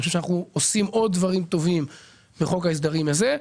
עושים עוד דברים טובים בחוק ההסדרים הזה.